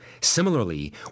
Similarly